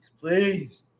please